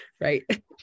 Right